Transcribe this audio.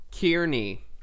Kearney